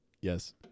yes